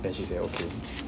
then she say okay